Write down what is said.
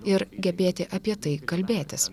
ir gebėti apie tai kalbėtis